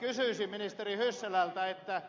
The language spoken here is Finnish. kysyisin ministeri hyssälältä